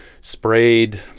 sprayed